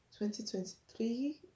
2023